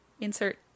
insert